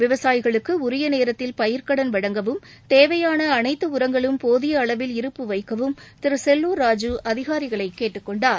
விவசாயிகளுக்கு உரிய நேரத்தில் பயிர்கடன் வழங்கவும் தேவையாள அனைத்து உரங்களும் போதிய அளவில் இருப்பு வைக்கவும் திரு செல்லூர் ராஜூ அதிகாரிகளை கேட்டுக்கொண்டார்